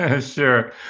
Sure